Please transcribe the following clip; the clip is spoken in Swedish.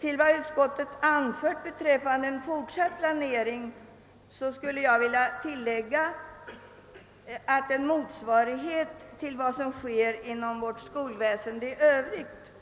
Till vad utskottet anfört rörande en fortsatt planering skulle jag vilja lägga att en motsvarighet till vad som sker inom vårt skolväsende i övrigt